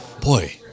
boy